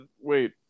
wait